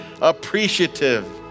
appreciative